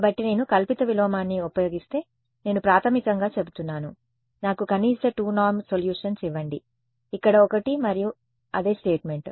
కాబట్టి నేను కల్పిత విలోమాన్ని ఉపయోగిస్తే నేను ప్రాథమికంగా చెబుతున్నాను నాకు కనీస 2 నార్మ్ సొల్యూషన్స్ ఇవ్వండి ఇక్కడ ఒకటి మరియు అదే స్టేట్మెంట్